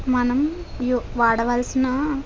మనం వాడవలసిన